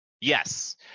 yes